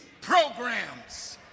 programs